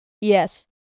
Yes